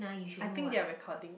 I think they are recording